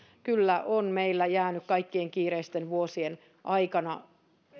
kyllä on meillä jäänyt kaikkien kiireisten vuosien aikana